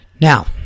Now